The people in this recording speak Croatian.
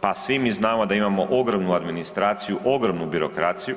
Pa svi mi znamo da imamo ogromnu administraciju, ogromnu birokraciju